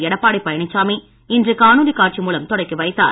எடப்பாடி பழனிசாமி இன்று காணொளி காட்சி மூலம் தொடக்கி வைத்தார்